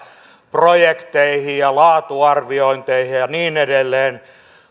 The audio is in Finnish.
projekteihin ja laatuarviointeihin ja niin edelleen